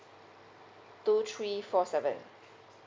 two three four seven